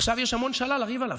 עכשיו יש המון שלל לריב עליו.